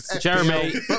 Jeremy